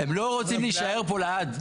הם לא רצים להישאר כאן לעד.